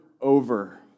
over